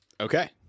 Okay